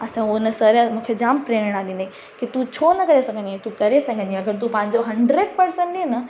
असां हुन उहो सर मूंखे जामु प्रेरणा ॾिनी की तू छो न करे सघंदी आहें तू करे सघंदी आहें अगरि तू पंहिंजो हंड्रेड परसेंट ॾिए न